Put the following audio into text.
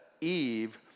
Eve